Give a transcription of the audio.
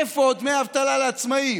איפה דמי אבטלה לעצמאים?